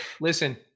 Listen